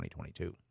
2022